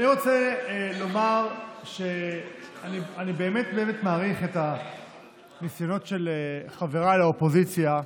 אני רוצה לומר שאני באמת באמת מעריך את הניסיון של חבריי לאופוזיציה,